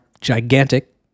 gigantic